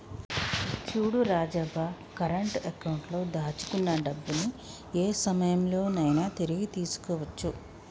చూడు Rajavva current account లో దాచుకున్న డబ్బుని ఏ సమయంలో నైనా తిరిగి తీసుకోవచ్చు